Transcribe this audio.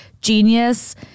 genius